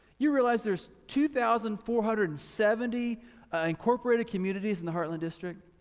you realize there's two thousand four hundred and seventy incorporated communities in the heartland district.